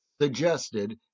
Suggested